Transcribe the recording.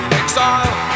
exile